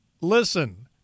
Listen